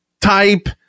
type